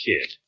kid